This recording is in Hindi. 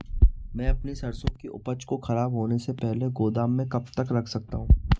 मैं अपनी सरसों की उपज को खराब होने से पहले गोदाम में कब तक रख सकता हूँ?